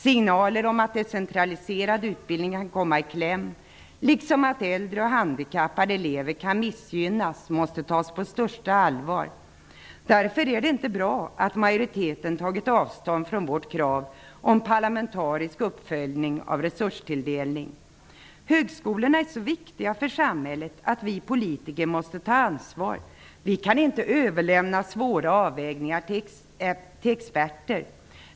Signaler om att decentraliserad utbildning kan komma i kläm, liksom att äldre och handikappade elever kan missgymnnas, måste tas på största allvar. Därför är det inte bra att majoriteten tagit avstånd från vårt krav om en parlamentarisk uppföljning av resurstilldelningen. Högskolorna är så viktiga för samhället att vi politiker måste ta ansvar. Vi kan inte överlämna svåra avvägningar till experter.